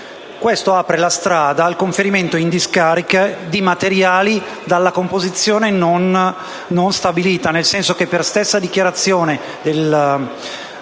questo apre la strada al conferimento in discarica di materiali dalla composizione non stabilita, nel senso che per stessa dichiarazione del commissario